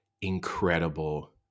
incredible